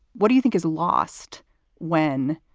what do you think is lost when?